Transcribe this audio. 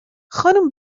خانم